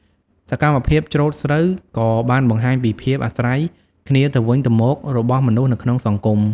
សកម្មភាពច្រូតស្រូវក៏បានបង្ហាញពីភាពអាស្រ័យគ្នាទៅវិញទៅមករបស់មនុស្សនៅក្នុងសង្គម។